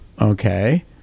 okay